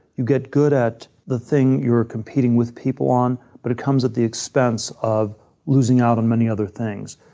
you get good at the thing you're competing with people on. but it comes at the expense of losing out on many other things.